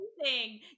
amazing